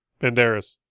Banderas